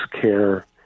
care